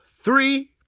three